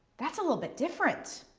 that's a little bit different.